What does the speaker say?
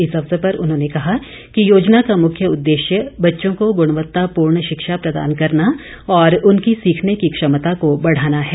इस अवसर पर उन्होंने कहा कि योजना का मुख्य उददेश्य बच्चों को गुणवत्तापूर्ण शिक्षा प्रदान करना और उनकी सीखने की क्षमता को बढ़ाना है